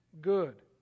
good